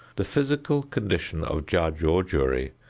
the physical condition of judge or jury,